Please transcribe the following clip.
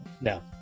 No